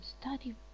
study